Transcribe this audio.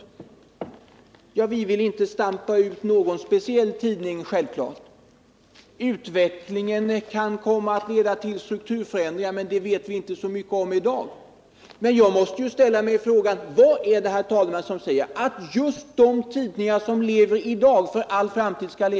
Vi vill självfallet inte stampa ut någon speciell tidning. Utvecklingen kan komma att leda till strukturförändringar, men det vet vi inte mycket om i dag. Jag måste ställa mig frågan: Vad är det som säger att just de tidningar som lever i dag skall leva för all framtid?